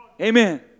Amen